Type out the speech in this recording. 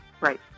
Right